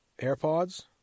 AirPods